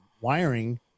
wiring